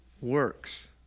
works